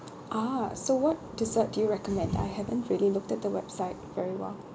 ah so what dessert do you recommend I haven't really looked at the website very well